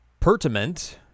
Pertament